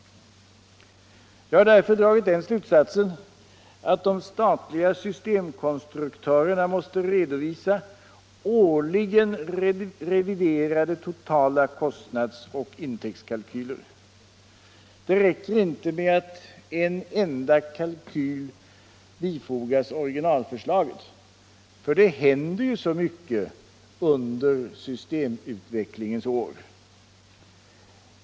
Jag har därför dragit den slutsatsen att de statliga systemkonstruktörerna måste redovisa årligen reviderade totala kostnadsoch intäktskalkyler. Det räcker inte med att en enda kalkyl bifogas originalförslaget — för det händer så mycket under systemutvecklingens år.